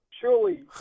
Surely